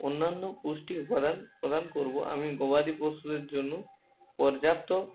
অন্যান্য পুষ্টি উপাদান প্রদান করবো আমি গবাদি পশুদের জন্য পর্যাপ্ত